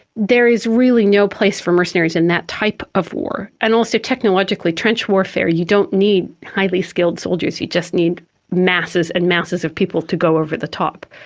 there is really no place for mercenaries in that type of war. and also technologically, trench warfare, you don't need highly skilled soldiers, you just need masses and masses of people to go over the top.